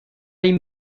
این